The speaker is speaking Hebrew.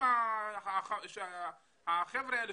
אם החבר'ה האלה,